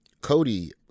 Cody